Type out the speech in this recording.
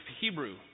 Hebrew